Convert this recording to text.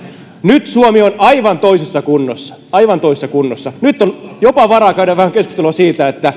nyt suomi on aivan toisessa kunnossa aivan toisessa kunnossa nyt on jopa varaa vähän käydä keskustelua siitä